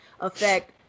Affect